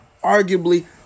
Arguably